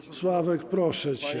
Sławek, proszę cię.